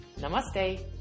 Namaste